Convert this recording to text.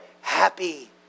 happy